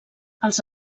els